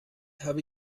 habe